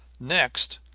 next,